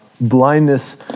Blindness